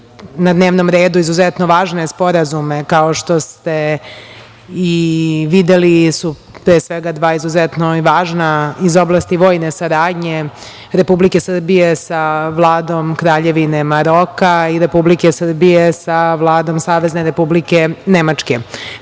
na dnevnom redu izuzetno važne sporazume. Kao što ste i videli, pre svega, dva su izuzetno važna iz oblasti vojne saradnje Republike Srbije sa Vladom Kraljevine Maroka i Republike Srbije sa Vladom Savezne Republike Nemačke. Takođe